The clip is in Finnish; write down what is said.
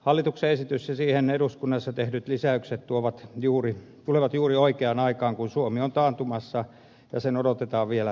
hallituksen esitys ja siihen eduskunnassa tehdyt lisäykset tulevat juuri oikeaan aikaan kun suomi on taantumassa ja sen odotetaan vielä syvenevän